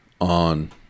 on